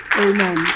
Amen